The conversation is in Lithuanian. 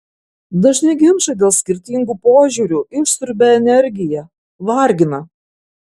dažni ginčai dėl skirtingų požiūrių išsiurbia energiją vargina